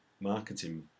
marketing